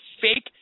fake